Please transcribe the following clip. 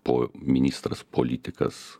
po ministras politikas